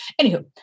Anywho